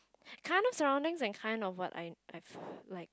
kinds of surrounding and kinds of what I I like